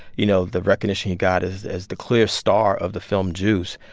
you know, the recognition he got as as the clear star of the film juice,